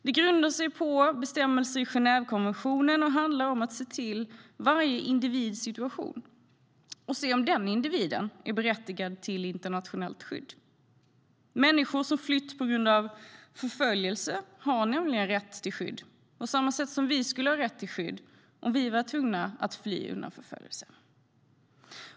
Det grundar sig på bestämmelser i Genèvekonventionen och handlar om att se till varje individs situation och se om individen är berättigad till internationellt skydd. Människor som flytt på grund av förföljelse har nämligen rätt till skydd på samma sätt som vi skulle ha rätt till skydd om vi var tvungna att fly undan förföljelse.